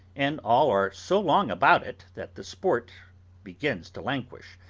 and all are so long about it that the sport begins to languish,